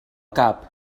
cap